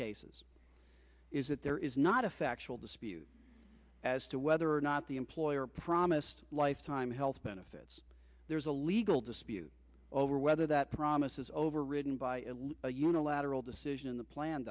cases is that there is not a factual dispute as to whether or not the employer promised lifetime health benefits there's a legal dispute over whether that promise is overridden by a unilateral decision in the plan